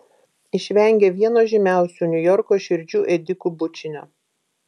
išvengė vieno žymiausių niujorko širdžių ėdikų bučinio